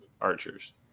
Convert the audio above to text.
Archers